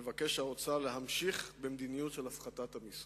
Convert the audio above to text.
מבקש האוצר להמשיך במדיניות של הפחתת המסים.